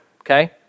okay